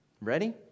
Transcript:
Ready